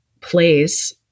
place